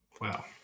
Wow